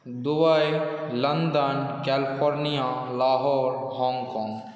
Dubai London California Lahore Hong Kong